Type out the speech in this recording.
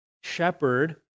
shepherd